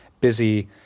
busy